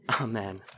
Amen